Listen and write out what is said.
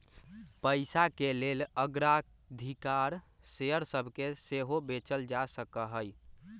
पइसाके लेल अग्राधिकार शेयर सभके सेहो बेचल जा सकहइ